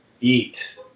eat